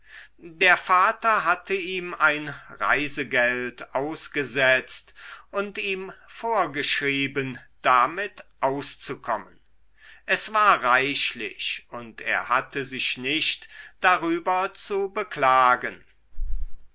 der vater hatte ihm ein reisegeld ausgesetzt und ihm vorgeschrieben damit auszukommen es war reichlich und er hatte sich nicht darüber zu beklagen